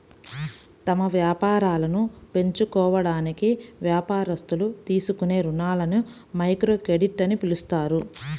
తమ వ్యాపారాలను పెంచుకోవడానికి వ్యాపారస్తులు తీసుకునే రుణాలని మైక్రోక్రెడిట్ అని పిలుస్తారు